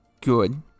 good